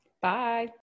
Bye